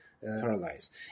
paralyzed